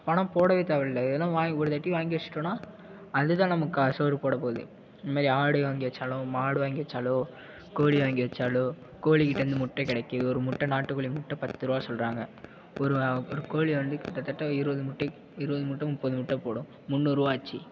பணம் போடவே தேவயில்லை இதெல்லாம் வாங்கி ஒரு தாட்டி வாங்கி வச்சுட்டோன்னா அது தான் நமக்கு சோறு போட போது இதுமாதிரி ஆடு வாங்கி வச்சாலோ மாடு வாங்கி வச்சாலோ கோழி வாங்கி வச்சாலோ கோழிக்கிட்டேந்து முட்டை கிடைக்குது ஒரு முட்டை நாட்டுக்கோழி முட்டை பத்துரூவா சொல்லுறாங்க ஒரு ஒரு கோழி வந்து கிட்டத்தட்ட இருபது முட்டை இருபது முட்டை முப்பது முட்டை போடும் முந்நூறுரூவா ஆச்சு